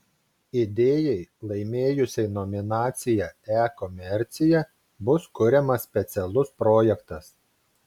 idėjai laimėjusiai nominaciją e komercija bus kuriamas specialus projektas